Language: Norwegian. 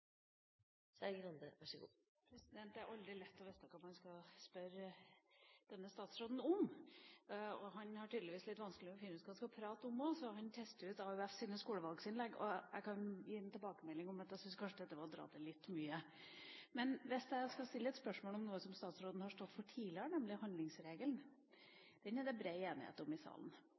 statsråden om, og han har tydeligvis litt vanskelig med å finne ut hva han skal prate om også, så han tester ut AUFs skolevalgsinnlegg. Og jeg kan gi en tilbakemelding om at jeg synes dette kanskje var å dra det litt langt. Men jeg skal stille et spørsmål om noe som statsråden har stått for tidligere, nemlig handlingsregelen. Den er det bred enighet om i salen.